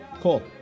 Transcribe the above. Cool